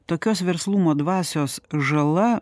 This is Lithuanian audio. tokios verslumo dvasios žala